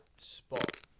spot